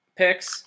picks